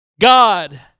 God